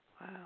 Wow